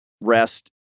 rest